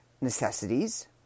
necessities